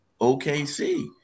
OKC